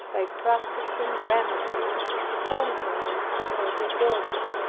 by practicing remedies contrary to her disorder.